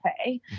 okay